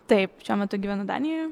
taip šiuo metu gyvenu danijoje